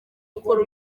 ukora